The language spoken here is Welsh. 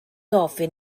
ofyn